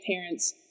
parents